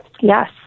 Yes